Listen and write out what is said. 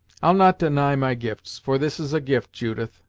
i'll not deny my gifts for this is a gift, judith,